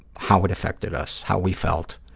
how it affected us, how we felt,